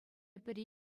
пӗри